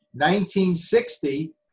1960